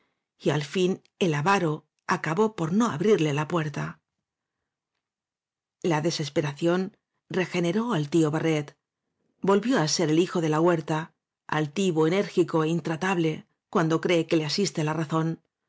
y al fin el avaro acabó por no abrirle la puerta la desesperación regenc barret vol vió á ser el hijo de la huerta altivo enérgico é intratable cuando pree que le asiste la razón